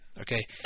okay